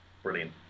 Brilliant